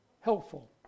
helpful